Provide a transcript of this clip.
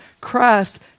Christ